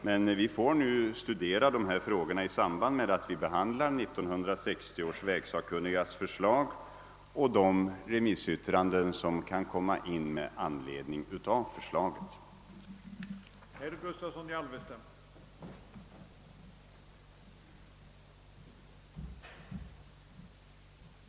Men sedan får vi studera dessa frågor i samband med att vi behandlar 1960 års vägsakkunnigas förslag och de remissyttranden som kan komma in med anledning av utredningens betänkande.